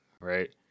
right